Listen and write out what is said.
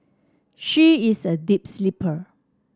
she is a deep sleeper